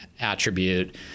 attribute